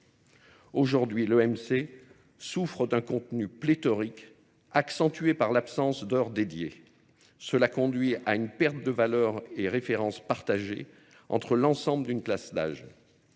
Aujourd'hui, l'OMC souffre d'un contenu pléthorique accentué par l'absence d'heures dédiées. Cela conduit à une perte de valeur et références partagées entre l'ensemble d'une classe d'âge.